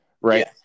Right